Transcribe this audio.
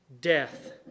death